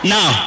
Now